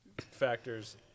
factors